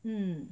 mm